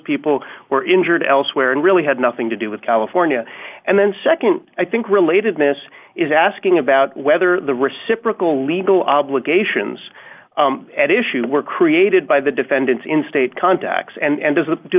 people were injured elsewhere and really had nothing to do with california and then nd i think relatedness is asking about whether the reciprocal legal obligations at issue were created by the defendants in state contacts and